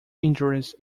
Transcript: injuries